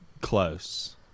close